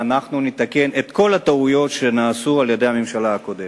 ואנחנו נתקן את כל הטעויות שנעשו על-ידי הממשלה הקודמת.